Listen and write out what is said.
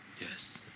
Yes